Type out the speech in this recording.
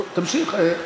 טוב, תמשיך.